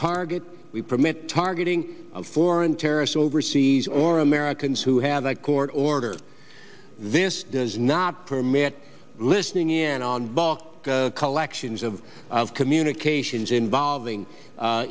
target we permit targeting of foreign terrorists overseas or americans who have a court order this does not permit listening in on bulk collections of communications involving